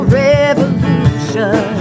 revolution